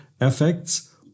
effects